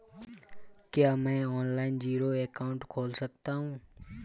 क्या मैं online zero account खोल सकता हूँ?